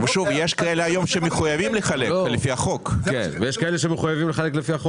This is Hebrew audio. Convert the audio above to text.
היום יש כאלה שלפי החוק מחויבים לחלק.